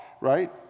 right